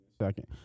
Second